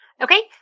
Okay